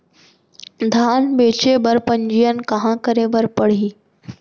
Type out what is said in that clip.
धान बेचे बर पंजीयन कहाँ करे बर पड़ही?